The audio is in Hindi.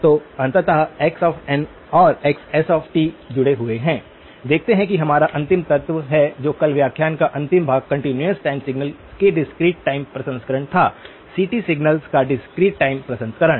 तो अंततः x n और xs जुड़े हुए हैं देखते हैं कि हमारा अंतिम तत्व है तो कल व्याख्यान का अंतिम भाग कंटीन्यूअस टाइम सिग्नल्स के डिस्क्रीट टाइम प्रसंस्करण था सीटीसिग्नल्स का डिस्क्रीट टाइम प्रसंस्करण